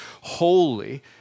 holy